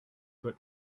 but